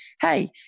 hey